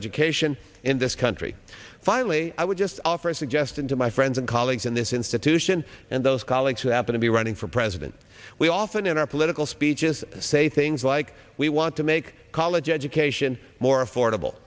education in this country finally i would just offer a suggestion to my friends and colleagues in this institution and those colleagues who happen to be running for president we often in our political speeches say things like we want to make college education more affordable